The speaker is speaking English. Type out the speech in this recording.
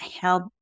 help